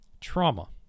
Trauma